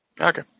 Okay